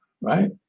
right